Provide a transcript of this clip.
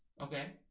Okay